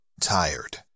tired